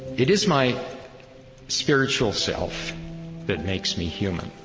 it is my spiritual self that makes me human,